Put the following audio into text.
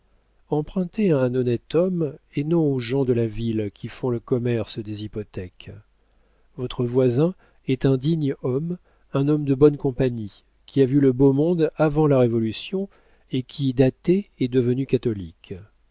empruntez à un honnête homme et non aux gens de la ville qui font le commerce des hypothèques votre voisin est un digne homme un homme de bonne compagnie qui a vu le beau monde avant la révolution et qui d'athée est devenu catholique